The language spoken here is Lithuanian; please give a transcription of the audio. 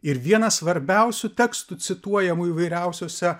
ir vienas svarbiausių tekstų cituojamų įvairiausiuose